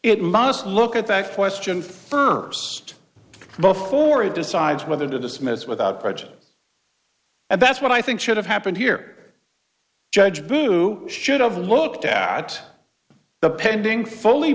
it must look at that question st before it decides whether to dismiss without prejudice and that's what i think should have happened here judge who should have looked at the pending fully